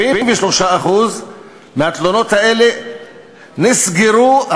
73% מהתלונות האלה נסגרו,